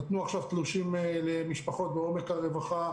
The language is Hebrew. נתנו עכשיו תלושים למשפחות בעומק הרווחה